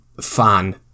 fan